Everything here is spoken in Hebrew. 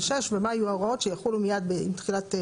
ומה יהיו ההוראות שיחולו מיד עם תחילת,